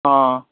ꯑꯥ